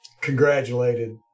congratulated